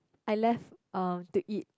I left uh to eat